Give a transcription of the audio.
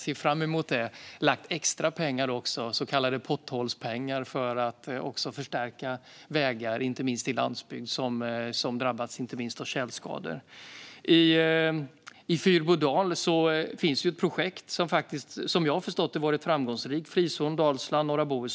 Här har vi lagt extra pengar, så kallade potthålspengar, för att förstärka vägar på landsbygden som har drabbats av bland annat tjälskador. I Dalsland och norra Bohuslän finns det framgångsrika projektet Frizon.